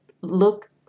look